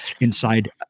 inside